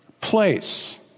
place